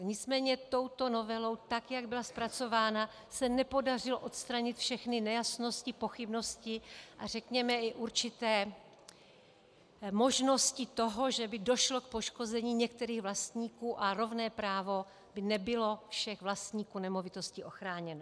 Nicméně touto novelou, tak jak byla zpracována, se nepodařilo odstranit všechny nejasnosti, pochybnosti a řekněme i určité možnosti toho, že by došlo k poškození některých vlastníků a rovné právo všech vlastníků nemovitosti by nebylo ochráněno.